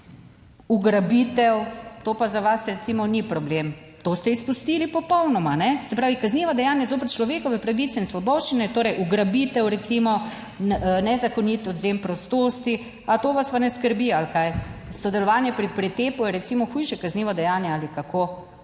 ugrabitev, to pa za vas recimo ni problem. To ste izpustili popolnoma, kajne. Se pravi, kazniva dejanja zoper človekove pravice in svoboščine, torej ugrabitev, recimo, nezakonit odvzem prostosti. A to vas pa ne skrbi ali kaj? Sodelovanje pri pretepu je recimo hujše kaznivo dejanje ali kako?